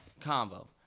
combo